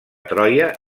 troia